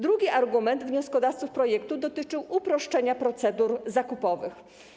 Drugi argument wnioskodawców projektu dotyczył uproszczenia procedur zakupowych.